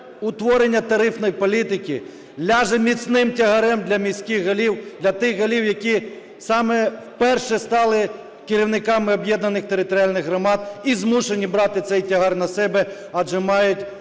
утворення тарифної політики ляже міцним тягарем для міських голів, для тих голів, які саме вперше стали керівниками об'єднаних територіальних громад і змушені брати цей тягар на себе, адже мають